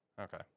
Okay